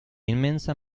inmensa